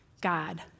God